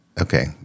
okay